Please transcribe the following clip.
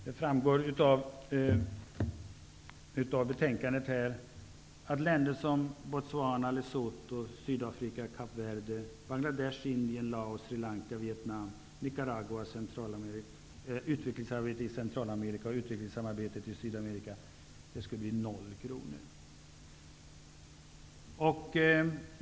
Det framgår av betänkandet att länder som Botswana, Lesotho, Sydafrika, Kap Sydamerika skulle få noll kronor.